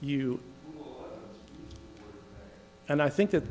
you and i think that